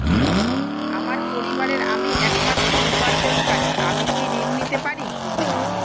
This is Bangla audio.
আমার পরিবারের আমি একমাত্র উপার্জনকারী আমি কি ঋণ পেতে পারি?